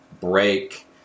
break